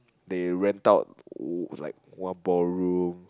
they rent out like one ballroom